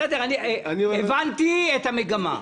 בסדר, הבנתי את המגמה.